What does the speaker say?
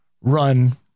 run